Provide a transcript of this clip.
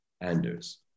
Anders